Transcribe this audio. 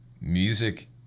Music